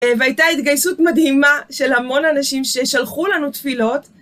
והייתה התגייסות מדהימה של המון אנשים ששלחו לנו תפילות.